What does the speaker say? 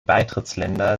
beitrittsländer